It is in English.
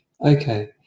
Okay